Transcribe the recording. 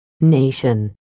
Nation